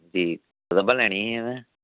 ठीक कताबां लैनियां हां असें